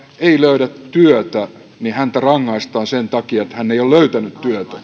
ei löydä työtä rangaistaan sen takia että hän ei ole löytänyt